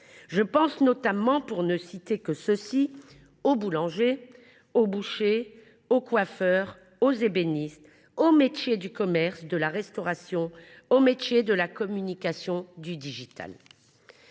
Je pense notamment, pour n’en citer que quelques uns, aux boulangers, aux bouchers, aux coiffeurs, aux ébénistes, aux métiers du commerce, de la restauration, de la communication ou du